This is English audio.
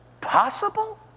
possible